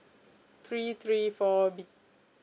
three three four B